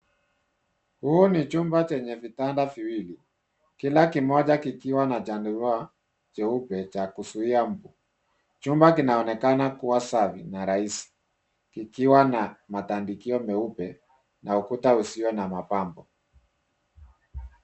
Huu ni chumba chenye vitanda viwili, kila kimoja kikiwa na chandarua cheupe cha kuzuia mbu. Chumba kinaonekana kuwa safi na rahisi kikiwa na matandikio meupe na ukuta usio na mapambo